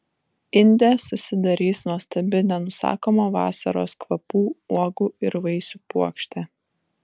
inde susidarys nuostabi nenusakomo vasaros kvapų uogų ir vaisių puokštė